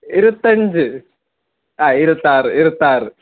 ഇരുപത്തഞ്ച് ആ ഇരുപത്താറ് ഇരുപത്താറ്